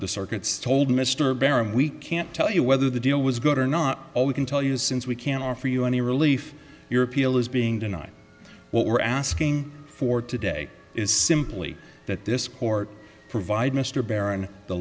the circuits told mr barron we can't tell you whether the deal was good or not all we can tell you is since we can't offer you any relief your appeal is being denied what we're asking for today is simply that this court provide mr bear and the